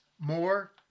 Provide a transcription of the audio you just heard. more